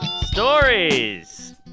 Stories